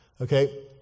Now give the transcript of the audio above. okay